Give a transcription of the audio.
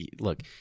look